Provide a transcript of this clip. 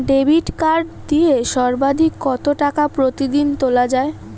Debit card দিয়ে সর্বাধিক কত টাকা প্রতিদিন তোলা য়ায়?